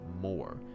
more